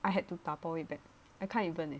I had to 打包 it back I can't even eh